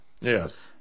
Yes